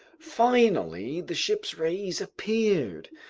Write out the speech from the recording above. finally the ship's rays appeared.